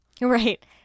Right